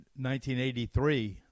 1983